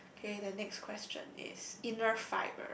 K the next question is inner fiber